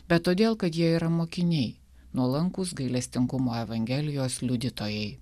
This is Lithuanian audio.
bet todėl kad jie yra mokiniai nuolankūs gailestingumo evangelijos liudytojai